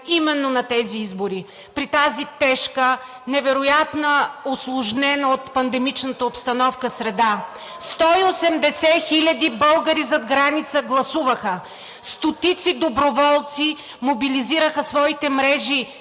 именно на тези избори, при тази тежка, невероятно усложнена от пандемичната обстановка, среда. Сто и осемдесет хиляди българи зад граница гласуваха, стотици доброволци мобилизираха своите мрежи